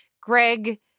Greg